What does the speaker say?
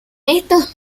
estos